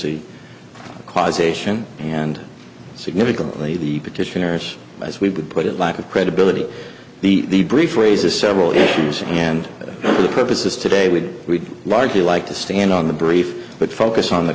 see causation and significantly the petitioners as we would put it lack of credibility the brief raises several issues and for the purposes today would we largely like to stand on the brief but focus on the